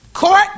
Court